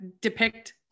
depict